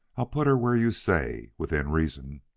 i'll put her where you say within reason.